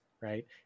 right